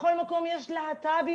בכל מקום יש להט"בים.